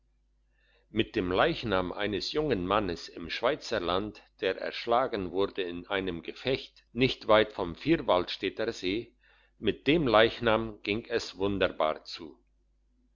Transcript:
mit dem leichnam eines jungen mannes im schweizerland der erschlagen wurde in einem gefecht nicht weit vom vierwaldstätter see mit dem leichnam ging es wunderbar zu